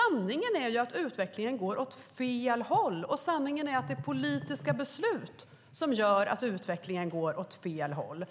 Sanningen är att utvecklingen går åt fel håll, och sanningen är att det är politiska beslut som gör att utvecklingen går åt fel håll.